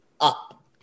up